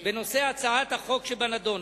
בנושא הצעת החוק שבנדון,